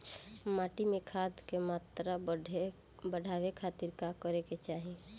माटी में खाद क मात्रा बढ़ावे खातिर का करे के चाहीं?